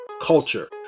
Culture